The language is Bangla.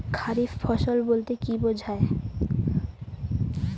খারিফ ফসল বলতে কী বোঝায়?